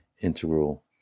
Integral